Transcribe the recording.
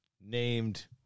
named